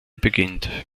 beginnt